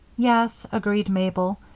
yes, agreed mabel,